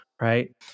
Right